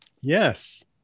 Yes